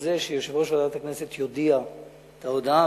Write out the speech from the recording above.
בזה שיושב-ראש ועדת הכנסת יודיע את ההודעה,